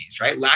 right